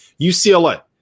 UCLA